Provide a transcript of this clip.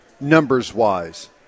numbers-wise